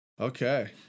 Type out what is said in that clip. Okay